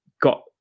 got